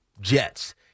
Jets